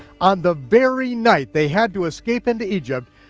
on the very night they had to escape into egypt,